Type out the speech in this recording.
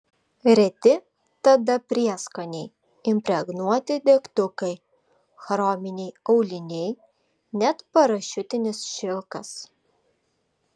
reti tada prieskoniai impregnuoti degtukai chrominiai auliniai net parašiutinis šilkas